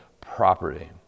property